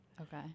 Okay